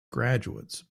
graduates